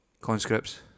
Conscripts